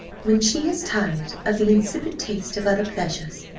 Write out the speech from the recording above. when she is tired of the insipid taste of other pleasures,